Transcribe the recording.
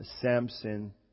Samson